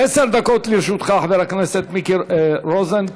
עשר דקות לרשותך, חבר הכנסת מיקי רוזנטל.